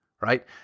right